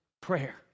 prayer